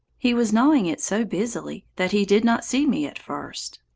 he was gnawing it so busily that he did not see me at first.